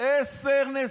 מר לפיד,